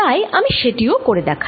তাই আমি সেটিও করে দেখাই